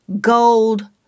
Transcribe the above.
gold